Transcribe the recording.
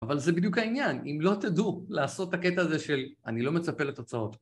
אבל זה בדיוק העניין, אם לא תדעו לעשות את הקטע הזה של, אני לא מצפה לתוצאות